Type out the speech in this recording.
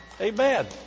Amen